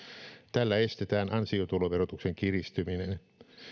tällä estetään ansiotuloverotuksen kiristyminen